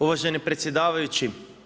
Uvaženi predsjedavajući.